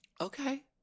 Okay